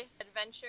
adventure